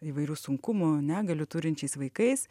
įvairių sunkumų negalių turinčiais vaikais